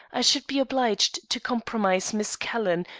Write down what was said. i should be obliged to compromise miss calhoun,